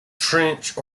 trench